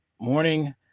morning